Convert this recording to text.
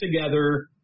together